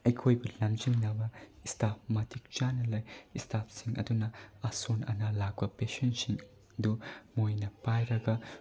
ꯑꯩꯈꯣꯏꯕꯨ ꯂꯝꯖꯤꯡꯅꯕ ꯏꯁꯇꯥꯞ ꯃꯇꯤꯛ ꯆꯥꯅ ꯂꯩ ꯏꯁꯇꯥꯞꯁꯤꯡ ꯑꯗꯨꯅ ꯑꯁꯣꯟ ꯑꯅꯥ ꯂꯥꯛꯄ ꯄꯦꯁꯦꯟꯁꯤꯡꯗꯨ ꯃꯣꯏꯅ ꯄꯥꯏꯔꯒ